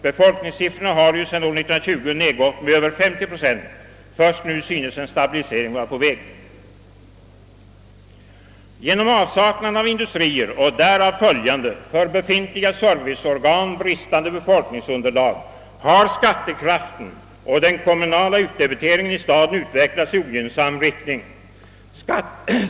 Befolkningssiffrorna har sedan år 1920 gått ned med över 50 procent. Först nu synes en stabilisering vara på väg. Genom avsaknaden av industrier och därmed för befintliga serviceorgan följande brist på befolkningsunderlag har skattekraften och den kommunala utdebiteringen i staden utvecklats i ogynnsam riktning.